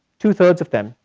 two-thirds of them,